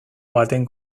baten